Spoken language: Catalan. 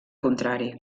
contrari